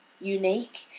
unique